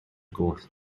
goll